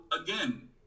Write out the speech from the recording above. again